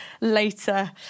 later